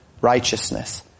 righteousness